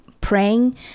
praying